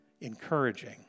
encouraging